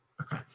Okay